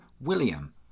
William